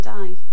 die